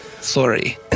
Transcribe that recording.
Sorry